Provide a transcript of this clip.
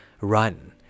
Run